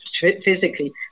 physically